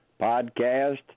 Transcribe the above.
podcast